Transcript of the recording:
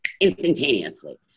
instantaneously